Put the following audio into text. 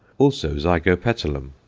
also zygopetalum,